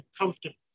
comfortable